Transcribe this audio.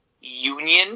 union